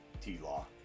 T-Law